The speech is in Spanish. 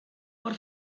por